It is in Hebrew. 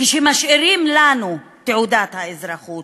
כשמשאירים לנו תעודת אזרחות,